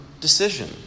decision